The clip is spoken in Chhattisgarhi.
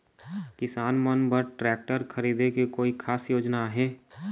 किसान मन बर ट्रैक्टर खरीदे के कोई खास योजना आहे?